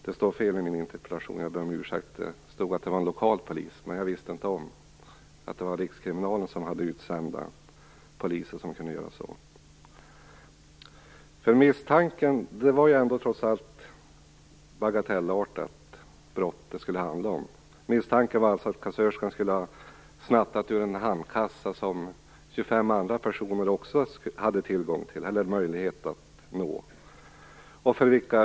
Jag ber om ursäkt för att det i min interpellation står att det var en lokal polis, men jag kände inte till att Rikskriminalen kunde sända ut poliser för att göra något sådant. Brottet var ju trots allt bagatellartat. Det handlade om en kassörska som misstänktes för att ha snattat ur en handkassa som 25 andra personer också hade tillgång till.